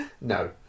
no